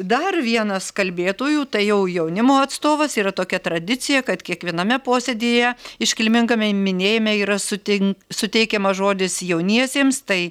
dar vienas kalbėtojų tai jau jaunimo atstovas yra tokia tradicija kad kiekviename posėdyje iškilmingame minėjime yra sutin suteikiamas žodis jauniesiems tai